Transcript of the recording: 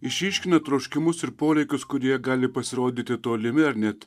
išryškina troškimus ir poreikius kurie gali pasirodyti tolimi ar net